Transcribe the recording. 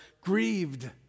grieved